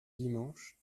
dimanche